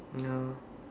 ya